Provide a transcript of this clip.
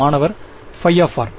மாணவர் ϕ